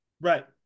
Right